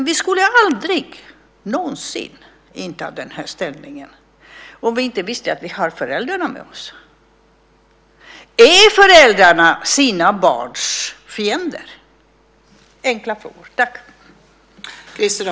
Vi skulle aldrig någonsin inta denna ställning om vi inte visste att vi har föräldrarna med oss. Är föräldrarna sina barns fiender? Två enkla frågor.